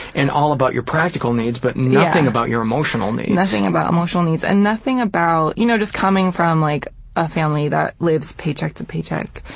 and all about your practical needs, but nothing about your emotional needs. nothing about emotional needs. and nothing about, you know just coming from like a family that lives paycheck to paycheck,